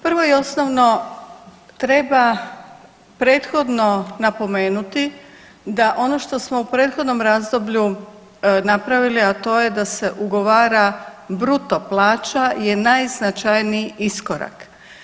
Prvo i osnovno treba prethodno napomenuti da ono što smo u prethodnom razdoblju napravili, a to je da se ugovara bruto plaća je najznačajniji iskorak.